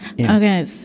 Okay